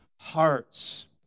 hearts